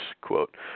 Quote